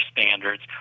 standards